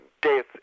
Death